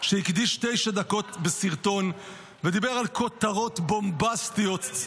שהקדיש תשע דקות בסרטון ודיבר על "כותרות בומבסטיות",